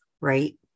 right